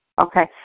Okay